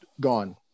gone